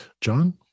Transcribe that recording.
John